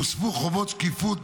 והוספו חובות שקיפות,